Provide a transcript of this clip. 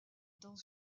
dans